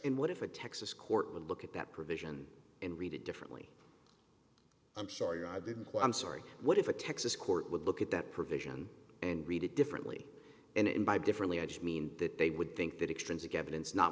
in what if a texas court would look at that provision and read it differently i'm sorry i didn't quote i'm sorry what if a texas court would look at that provision and read it differently and imbibe differently i just mean that they would think that extr